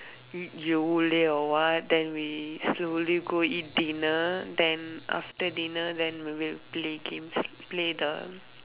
Yo~ Yole or what then we slowly go eat dinner then after dinner then maybe we play games play the